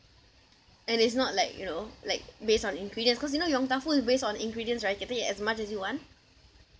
and it's not like you know like based on ingredients cause you know yong tau foo is based on ingredients right you can take it as much as you want